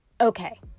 Okay